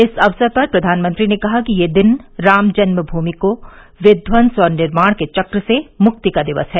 इस अवसर पर प्रधानमंत्री ने कहा कि यह दिन रामजन्म भूमि को विध्वंस और निर्माण के चक्र से मृक्ति का दिवस है